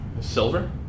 silver